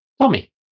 Tommy